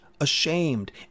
ashamed